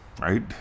right